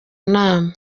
nama